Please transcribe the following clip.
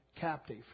captive